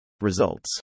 Results